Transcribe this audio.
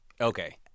okay